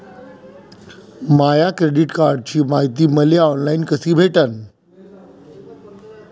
माया credit कार्डची मायती मले ऑनलाईन कसी भेटन?